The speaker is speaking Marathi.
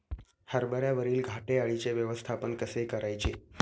हरभऱ्यावरील घाटे अळीचे व्यवस्थापन कसे करायचे?